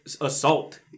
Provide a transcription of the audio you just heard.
assault